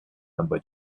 number